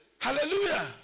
Hallelujah